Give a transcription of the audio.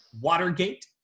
Watergate